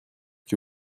que